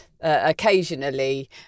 Occasionally